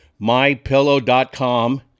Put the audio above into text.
mypillow.com